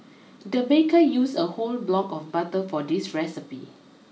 the baker use a whole block of butter for this recipe